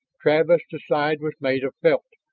travis decided was made of felt.